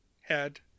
head